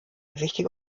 wichtige